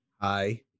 Hi